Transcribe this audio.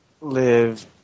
live